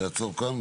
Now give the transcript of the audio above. תעצור כאן.